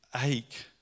ache